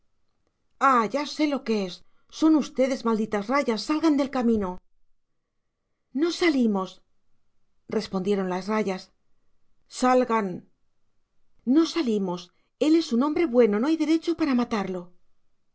ah ya sé lo que es son ustedes malditas rayas salgan del camino no salimos respondieron las rayas salgan no salimos él es un hombre bueno no hay derecho para matarlo